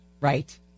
Right